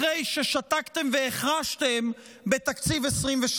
אחרי ששתקתם והחרשתם בתקציב 2023?